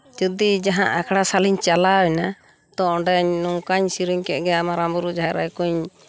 ᱡᱩᱫᱤ ᱡᱟᱦᱟᱸ ᱟᱠᱷᱲᱟ ᱥᱟᱞᱤᱧ ᱪᱟᱞᱟᱣᱮᱱᱟ ᱛᱚ ᱚᱸᱰᱮ ᱱᱚᱝᱠᱟᱧ ᱥᱮᱨᱮᱧ ᱠᱮᱫ ᱜᱮ ᱢᱟᱨᱟᱝ ᱵᱩᱨᱩ ᱡᱟᱦᱮᱨ ᱟᱭᱩ ᱠᱩᱧ